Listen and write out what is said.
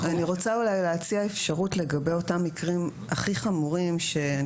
אני רוצה להציע אפשרות לגבי אותם מקרים הכי חמורים שאני